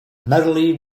merrily